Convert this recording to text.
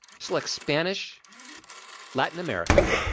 select spanish latin america